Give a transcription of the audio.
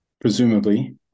Presumably